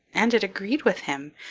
and it agreed with him.